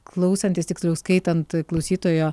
klausantis tiksliau skaitant klausytojo